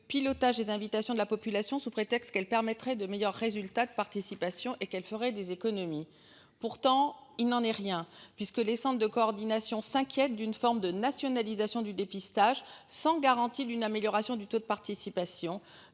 pilotage des invitations de la population sous prétexte qu'elle permettrait de meilleurs résultats de participation et qu'elle ferait des économies. Pourtant il n'en est rien puisque les cendres de coordination s'inquiète d'une forme de nationalisation du dépistage sans garantie d'une amélioration du taux de participation